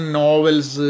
novels